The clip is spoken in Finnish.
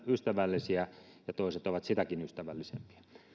ystävällisiä ja toiset ovat sitäkin ystävällisempiä